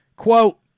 Quote